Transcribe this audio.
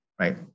right